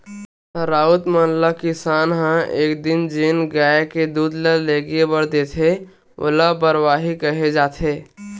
राउत मन ल किसान ह एक दिन जेन गाय के दूद ल लेगे बर देथे ओला बरवाही केहे जाथे